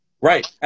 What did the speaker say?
Right